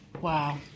Wow